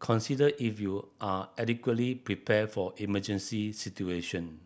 consider if you are adequately prepared for emergency situation